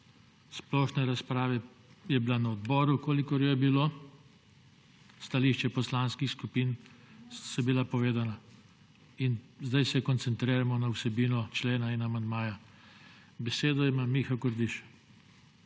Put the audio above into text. Splošna razprava je bila na odboru, kolikor jo je bilo, stališča poslanskih skupin so bila povedana. Zdaj se koncentrirajmo na vsebino člena in amandmaja. Besedo ima Miha Kordiš.